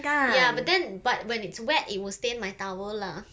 ya but then but when it's wet it will stain my towel lah